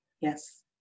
Yes